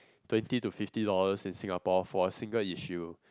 twenty to fifty dollars in Singapore for a single issue